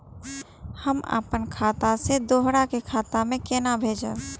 हम आपन खाता से दोहरा के खाता में केना भेजब?